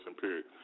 period